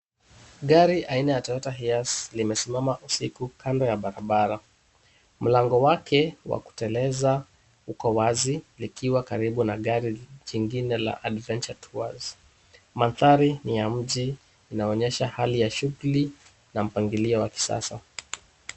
Gari aina ya Toyota Hiace limesimama usiku kando ya barabara. Mlango wake wa kuteleza uko wazi, likiwa karibu na gari jingine la Adventure Tours . Mandhari ya mji, inaonyesha hali ya shughuli na mpangilio wa kisasa.